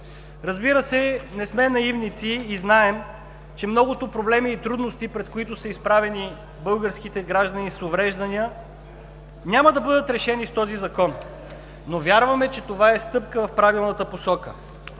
Разбира се, не сме наивници и знаем, че многото проблеми и трудности, пред които са изправени българските граждани с увреждания, няма да бъдат решени с този Закон, но вярваме, че това е стъпка в правилната посока.